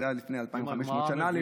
זה היה לפני אלפיים וחמש מאות שנה.